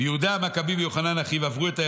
לגליל ויתגר